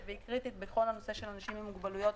וקריטית בכל הנושא של אנשים עם מוגבלויות,